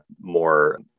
more